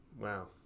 wow